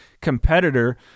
competitor